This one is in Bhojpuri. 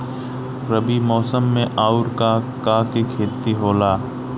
रबी मौसम में आऊर का का के खेती होला?